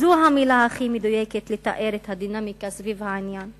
זו המלה הכי מדויקת לתאר את הדינמיקה סביב העניין,